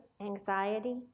anxiety